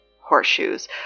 horseshoes